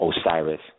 osiris